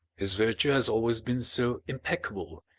his virtue has always been so impeccable,